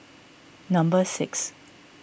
number six